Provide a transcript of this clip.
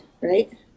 right